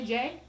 Jay